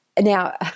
Now